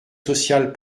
sociales